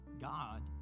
God